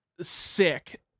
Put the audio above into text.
sick